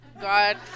God